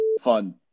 fun